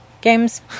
games